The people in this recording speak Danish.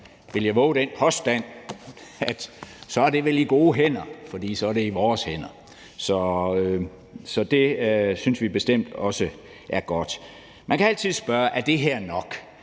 vil jeg vove den påstand, at det vel så er i gode hænder, for så er det i vores hænder. Så det synes vi bestemt også er godt. Man kan altid spørge, om det her er